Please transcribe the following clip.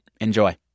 Enjoy